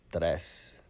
tres